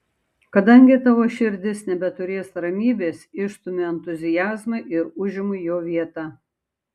kadangi tavo širdis nebeturės ramybės išstumiu entuziazmą ir užimu jo vietą